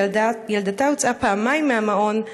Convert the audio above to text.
וילדתה הוצאה פעמיים מהמעון,